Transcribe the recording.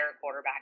quarterback